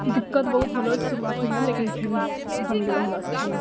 ई दिक्कत बहुत होलौ शुरुआतमे लेकिन फिर बन गेलौ हमरा से खाना